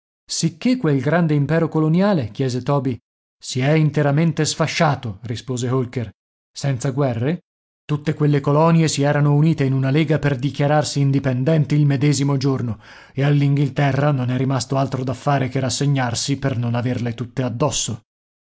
sicché quel grande impero coloniale chiese toby si è interamente sfasciato rispose holker senza guerre tutte quelle colonie si erano unite in una lega per dichiararsi indipendenti il medesimo giorno e all'inghilterra non è rimasto altro da fare che rassegnarsi per non averle tutte addosso